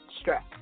stress